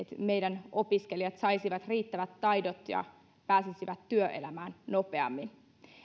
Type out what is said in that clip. meidän opiskelijat saisivat riittävät taidot ja pääsisivät työelämään nopeammin